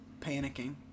panicking